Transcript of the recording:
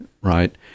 right